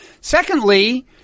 Secondly